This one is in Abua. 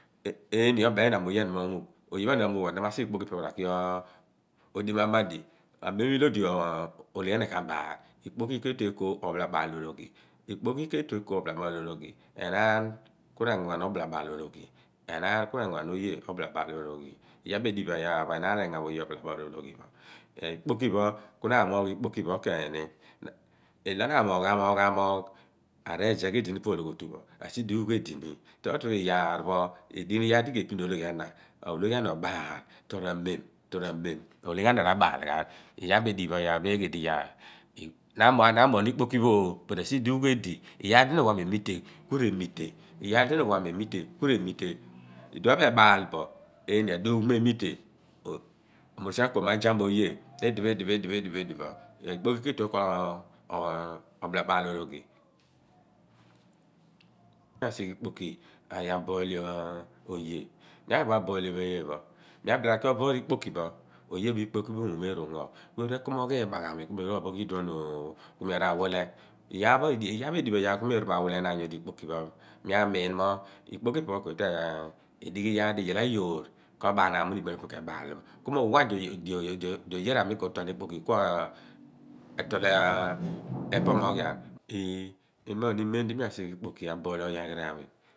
Oye ana amuugh bo na ma sighe ikpoki phọ ipe phọ na ra ki oḏiom a maḏi. Ikpoki ke tue eko ophalaḇaal olhoghi. Enaan ku re"ngo ghan oye ophalaḇaạl olhoghi i yaar pho edi ghibo, ghalamo nu nuughni ikpoki pho, kuasiduugh ediighi pa olo gho otu pho, iyaar lo nuwa ku re mite ghu ghan pa ologhotupho olhoghi ana ka tue abāal. eni a mem a motor cicle ma zaam oye pa ologho tu pho ke ngọ nyina ebaạl olhoghi. miasighe ikpoki miaghi a boole oye, mia bele mi ra ki o boor ikpoki pho oye pho i mi umeera ungo ikpoki pho, ku mi a ru a phogh iduon oo ku mi awilenaan nyo di ikpoki pho. I yaar pho edighibo ku mi a wile naan bo nyo di ikpoki pho miuwa mo ikpoki pho e kom libaaghaami ingo i yoor. Miuwa di oye ra mi ko tuan ikpoki ku otologhu epomoghian.